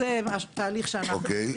זה תהליך שאנחנו עשינו.